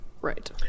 Right